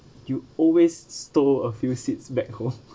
you always stole a few seeds back home